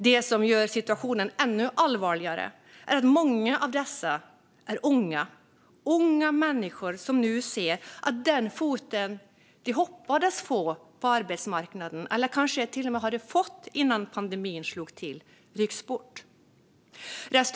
Det som gör situationen ännu allvarligare är att många av dessa är unga - unga människor som nu ser att den fot de hoppades få in på arbetsmarknaden, eller kanske till och med hade fått in innan pandemin slog till, rycks bort.